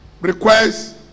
requires